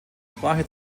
sprache